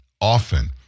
often